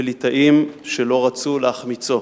וליטאים שלא רצו להחמיצו.